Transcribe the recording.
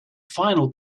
final